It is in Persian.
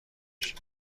بشه